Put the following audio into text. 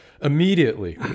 immediately